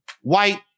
white